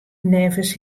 neffens